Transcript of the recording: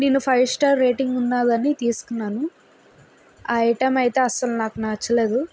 నేను five star rating ఉన్నదని తీసుకున్నాను ఆ ఐటమ్ అయితే అస్సలు నాకు నచ్చలేదు